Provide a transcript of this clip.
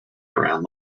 around